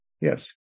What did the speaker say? Yes